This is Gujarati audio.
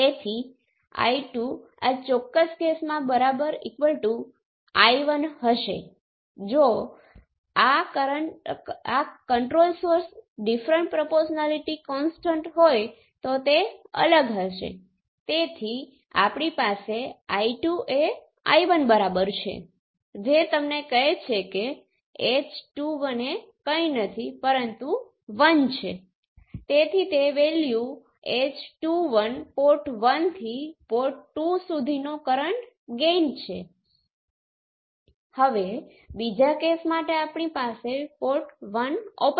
હવે યુનિલેટરલ નેટવર્ક આ છે જ્યારે ચાલો કહીએ કે ક્યાં તો ફોર્વર્ડ નું પેરામિટર 0 છે આનો અર્થ એ છે કે પોર્ટ 2 થી પોર્ટ 1 પર કંટ્રોલ છે પરંતુ પોર્ટ 1 થી પોર્ટ 2 પર નથી અથવા રિવર્સ પેરામિટર 0 છે જેનો અર્થ છે કે પોર્ટ 1 થી પોર્ટ 2 પર કંટ્રોલ છે અને પોર્ટ 2 થી પોર્ટ 1 પર નથી